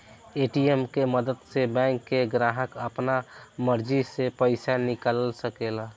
ATM के मदद से बैंक के ग्राहक आपना मर्जी से पइसा निकाल सकेला